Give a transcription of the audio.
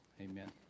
Amen